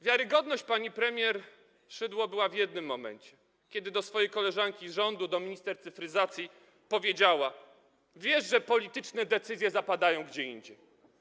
Wiarygodna pani premier Szydło była w jednym momencie, kiedy do swojej koleżanki z rządu, do minister cyfryzacji powiedziała: Wiesz, że polityczne decyzje zapadają gdzie indziej.